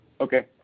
Okay